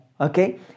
okay